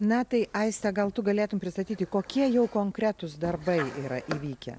na tai aiste gal tu galėtum pristatyti kokie jau konkretūs darbai yra įvykę